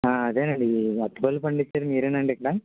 అదేనండి అరటి పళ్ళు పండించేది మీరేనా అండి ఇక్కడ